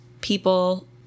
people